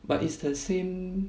but it's the same